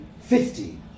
fifty